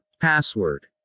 Password